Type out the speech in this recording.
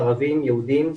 ערבים יהודים,